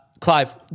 Clive